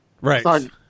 Right